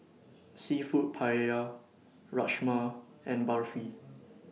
Seafood Paella Rajma and Barfi